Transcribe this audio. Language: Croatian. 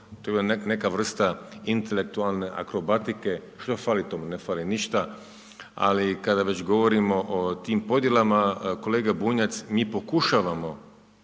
bila neka vrsta intelektualne akrobatike, što fali tome, ne fali ništa, ali kada već govorimo o tim podjelama kolega Bunjac mi pokušavamo